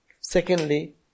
Secondly